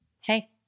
Hey